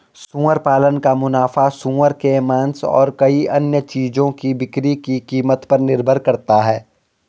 सुअर पालन का मुनाफा सूअर के मांस और कई अन्य चीजों की बिक्री की कीमत पर निर्भर करता है